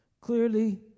Clearly